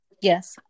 Yes